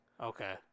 Okay